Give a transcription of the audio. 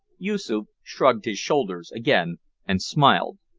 yoosoof shrugged his shoulders again and smiled.